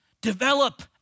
Develop